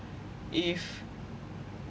if